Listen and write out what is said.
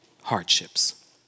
hardships